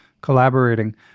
collaborating